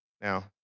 Now